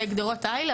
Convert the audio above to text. וגדרות תיל,